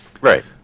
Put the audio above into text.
Right